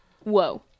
Whoa